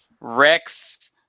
rex